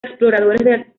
exploradores